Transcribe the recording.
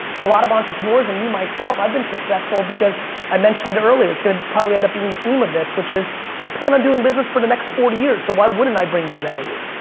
a lot of entrepreneurs and me, myself i've been successful because i mentioned earlier it's gonna probably end up being the theme of this which is i plan on doing business for the next forty years so why wouldn't i bring you value?